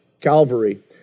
Calvary